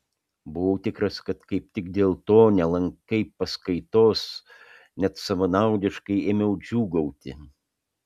buvau tikras kad kaip tik dėl to nelankai paskaitos net savanaudiškai ėmiau džiūgauti